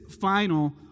final